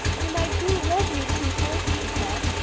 and i do love you, teacher she sobbed.